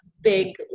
big